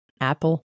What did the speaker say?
Apple